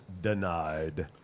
denied